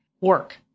work